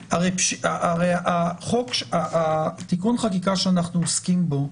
הרי תיקון החקיקה שאנחנו עוסקים בו,